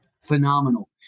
phenomenal